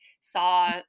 saw